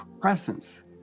presence